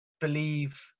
believe